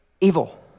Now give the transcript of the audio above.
evil